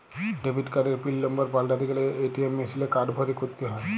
debit কার্ডের pin number পাল্টাতে গ্যালে এ.টি.এম মেশিলে কার্ড ভরে ক্যরতে হ্য়য়